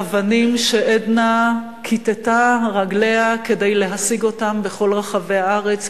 האבנים שעדנה כיתתה רגליה כדי להשיג אותן בכל רחבי הארץ,